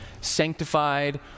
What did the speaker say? sanctified